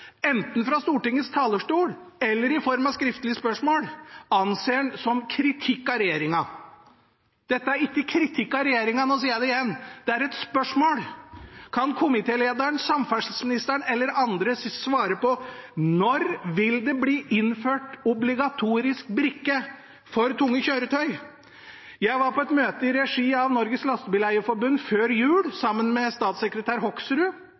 enten fra Stortingets talerstol eller i form av skriftlig spørsmål, som en kritikk av regjeringen. Dette er ikke kritikk av regjeringen – nå sier jeg det igjen – det er et spørsmål: Kan komitélederen, samferdselsministeren eller andre svare på når det vil bli innført obligatorisk brikke for tunge kjøretøy? Jeg var på et møte i regi av Norges Lastebileier-Forbund før jul sammen med statssekretær Hoksrud,